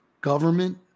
government